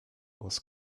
was